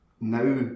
Now